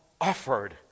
offered